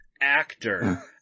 actor